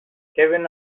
kevin